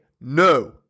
no